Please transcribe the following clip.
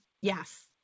Yes